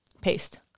paste